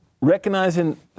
recognizing